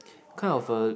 kind of uh